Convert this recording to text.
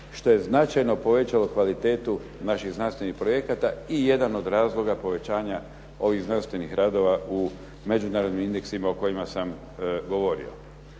što je značajno povećalo kvalitetu naših znanstvenih projekata i jedan od razloga povećanja ovih znanstvenih radova u međunarodnim indeksima o kojima sam govorio.